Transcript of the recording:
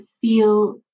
feel